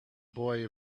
boy